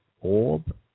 Orb